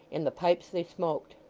in the pipes they smoked.